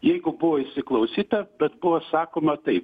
jeigu buvo įsiklausyta bet buvo sakoma taip